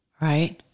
right